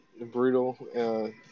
brutal